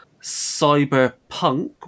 Cyberpunk